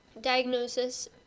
diagnosis